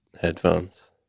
headphones